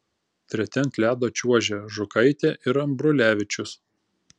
treti ant ledo čiuožė žukaitė ir ambrulevičius